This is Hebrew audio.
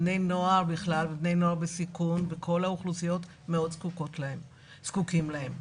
בני נוער בכלל ובני נוער בסיכון וכל האוכלוסיות מאוד זקוקים להם.